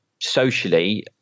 socially